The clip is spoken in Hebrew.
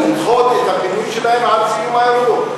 לדחות את הפינוי שלהם עד סיום הערעור.